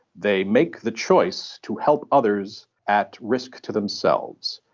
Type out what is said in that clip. they make the choice to help others at risk to themselves.